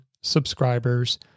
subscribers